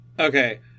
Okay